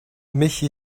michi